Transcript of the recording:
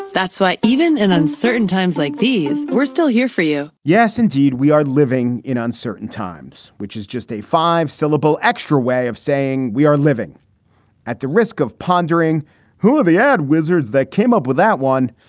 that's why even in uncertain times like these, we're still here for you. yes, indeed. we are living in uncertain times, which is just a five syllable extra way of saying we are living at the risk of pondering who are the ad wizards that came up with that one.